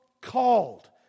called